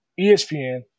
ESPN